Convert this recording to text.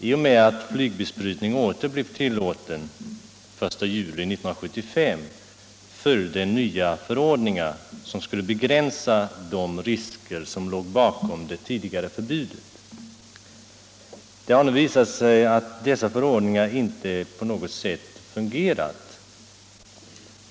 I och med att flygbesprutning åter blev tillåten den 1 juli 1975 följde nya förordningar, som skulle begränsa de risker som låg bakom det tidigare förbudet. Det har nu visat sig att dessa förordningar inte på något sätt fungerat.